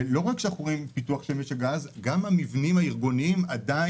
ולא רק זה אלא גם המבנים הארגוניים עדיין